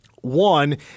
One